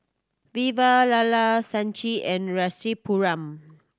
Vivalala Sachin and Rasipuram